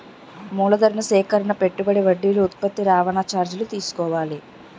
మూలధన సేకరణ పెట్టుబడి వడ్డీలు ఉత్పత్తి రవాణా చార్జీలు చూసుకోవాలి